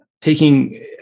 taking